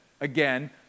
again